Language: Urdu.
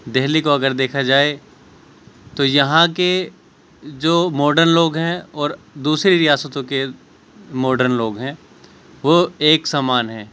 دہلی کو اگر دیکھا جائے تو یہاں کے جو موڈرن لوگ ہیں اور دوسری ریاستوں کے موڈرن لوگ ہیں وہ ایک سمان ہیں